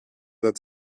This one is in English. that